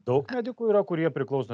daug medikų yra kurie priklauso